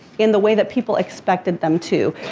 in the way that people expected them to.